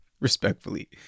respectfully